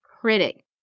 critic